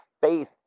faith